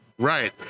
right